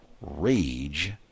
rage